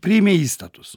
priėmė įstatus